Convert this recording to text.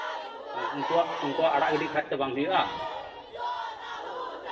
ᱩᱱᱠᱩᱣᱟᱜ ᱩᱱᱠᱩᱣᱟᱜ ᱟᱲᱟᱜ ᱜᱤᱰᱤ ᱠᱟᱜ ᱠᱷᱟᱱ ᱛᱚ ᱵᱟᱝ ᱦᱩᱭᱩᱜᱼᱟ